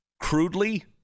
Crudely